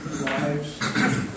lives